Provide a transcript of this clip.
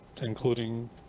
including